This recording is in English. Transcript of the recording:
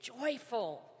joyful